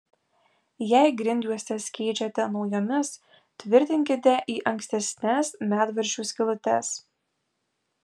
jei grindjuostes keičiate naujomis tvirtinkite į ankstesnes medvaržčių skylutes